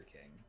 King